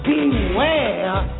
Beware